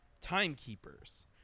timekeepers